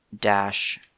dash